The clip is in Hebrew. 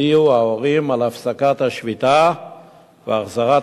הודיעו ההורים על הפסקת השביתה והחזרת